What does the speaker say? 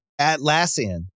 Atlassian